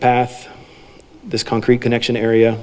path this concrete connection area